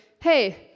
Hey